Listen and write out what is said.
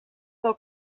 del